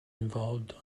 involved